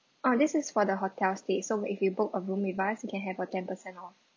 oh this is for the hotel stay so if you book a room with us you can have a ten percent off